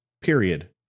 Period